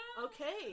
Okay